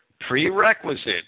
prerequisite